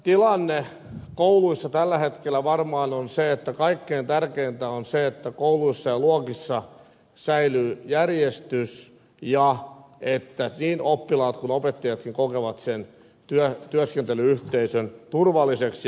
tilanne kouluissa tällä hetkellä varmaan on se että kaikkein tärkeintä on että kouluissa ja luokissa säilyy järjestys ja että niin oppilaat kuin opettajatkin kokevat sen työskentely yhteisön turvalliseksi ja mielekkääksi